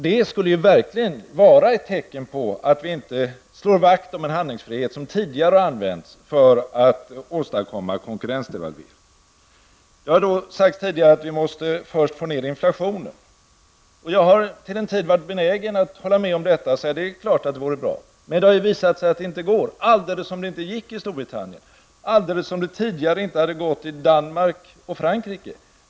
Det skulle ju verkligen vara ett tecken på att vi inte slår vakt om en handlingsfrihet som tidigare har använts för att åstadkomma konkurrensdevalvering. Det har sagts tidigare att vi först måste få ned inflationen. Jag har till en tid varit benägen att hålla med om detta -- det är klart att det vore bra. Men det har ju visat sig att det inte går, alldeles som det inte gick i Storbritannien, och alldeles som det tidigare inte hade gått i Danmark och Frankrike.